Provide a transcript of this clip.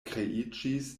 kreiĝis